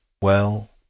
Well—